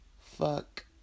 fuck